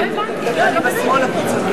אתה מוכן לחזור על זה?